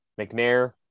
McNair